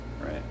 right